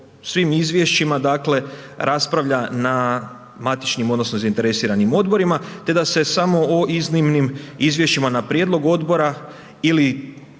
svim Izvješćima dakle raspravlja na matičnim odnosno na zainteresiranim Odborima, te da se samo o iznimnim Izvješćima na prijedlog Odbora ili